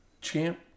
champ